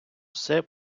все